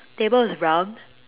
table is brown